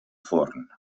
forn